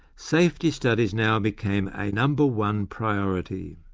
safety studies now became a number one priority.